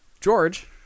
george